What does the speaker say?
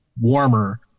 warmer